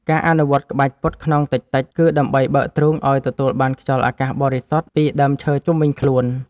ការអនុវត្តក្បាច់ពត់ខ្នងតិចៗ គឺដើម្បីបើកទ្រូងឱ្យទទួលបានខ្យល់អាកាសបរិសុទ្ធពីដើមឈើជុំវិញខ្លួន។